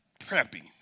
prepping